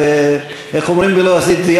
איך אומרים בלועזית?